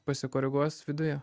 pasikoreguos viduje